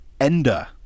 Enda